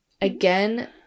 Again